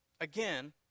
again